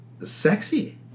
sexy